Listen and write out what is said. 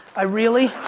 i really,